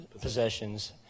possessions